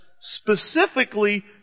specifically